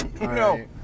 No